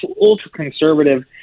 ultra-conservative